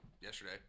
yesterday